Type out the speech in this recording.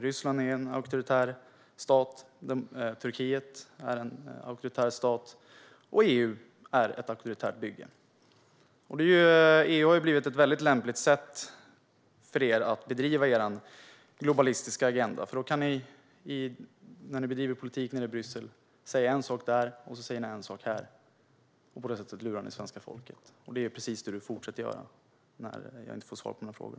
Ryssland är en auktoritär stat, Turkiet är en auktoritär stat och EU är ett auktoritärt bygge. EU har blivit en lämplig kanal för er att bedriva er globalistiska agenda på, för när ni bedriver politik nere i Bryssel kan ni säga en sak där och sedan säga en annan sak här. På det sättet lurar ni svenska folket. Det är precis det du fortsätter att göra när jag inte får svar på mina frågor.